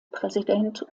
präsident